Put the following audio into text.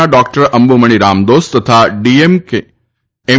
ના ડોક્ટર અંબુમણી રામદોસ તથા એમ